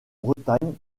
bretagne